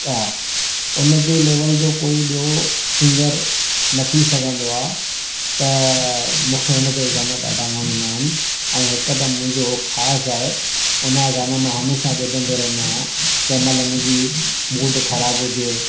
आहे हुनजे लेवल जो कोई ॿियो सिंगर न थी सघंदो आहे त मूंखे हुन जा ई गाना ॾाढा वणंदा आहिनि ऐं हिकदमि मुंहिंजो हू ख़ासि आहे हुन जा गाना मां हमेशह ॿुधंदो रहंदो आहियां कंहिं महिल मुंहिंजी मूड ख़राब हूजे